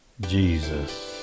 Jesus